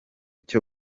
cyo